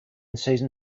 season